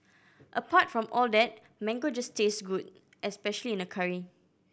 apart from all that mango just tastes good especially in a curry